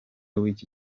w’iki